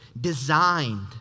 designed